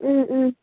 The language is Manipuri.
ꯎꯝ ꯎꯝ